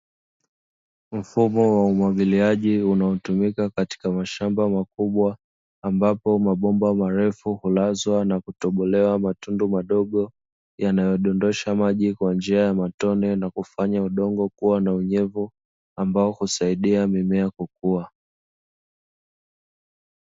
Mfumo wa umwagiliaji, unaotumika katika mashamba makubwa, ambapo mabomba marefu hulazwa na kutobolewa matundu madogo, yanayodondosha maji kwa njia ya matone na kufanya udongo kuwa na unyevu, ambao husaidia mimea kukua.